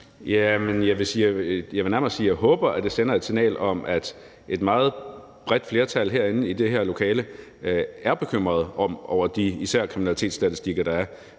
Jeg vil sige, at jeg håber, at det sender et signal om, at et meget bredt flertal herinde i det her lokale er bekymrede, især over de kriminalitetsstatistikker, der er.